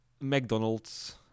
McDonald's